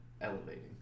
elevating